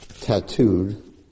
tattooed